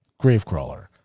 Gravecrawler